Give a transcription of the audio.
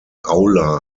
aula